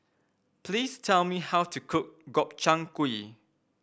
please tell me how to cook Gobchang Gui